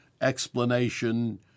explanation